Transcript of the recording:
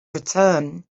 return